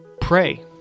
pray